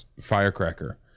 firecracker